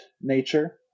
nature